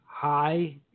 High